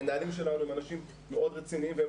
המנהלים שלנו הם אנשים מאוד רציניים והם